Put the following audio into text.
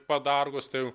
padargus tai